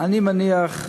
אני מניח,